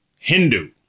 Hindu